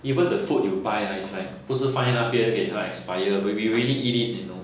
even the food you buy ah is like 不是放在那边给它 expired we will really eat it you know